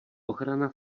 ochrana